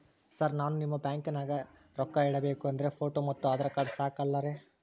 Sir ನಾನು ನಿಮ್ಮ ಬ್ಯಾಂಕನಾಗ ರೊಕ್ಕ ಇಡಬೇಕು ಅಂದ್ರೇ ಫೋಟೋ ಮತ್ತು ಆಧಾರ್ ಕಾರ್ಡ್ ಸಾಕ ಅಲ್ಲರೇ?